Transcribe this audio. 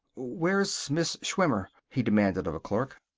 where's miss schwimmer? he demanded of a clerk.